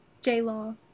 J-Law